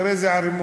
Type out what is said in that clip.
תראה איזה ערימות.